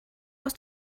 aus